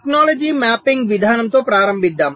technology mapping విధానంతో ప్రారంభిద్దాం